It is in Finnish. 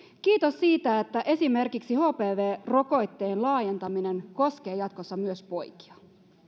kiitos esimerkiksi hpv rokotteen laajentamisesta koskemaan jatkossa myös poikia